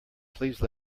please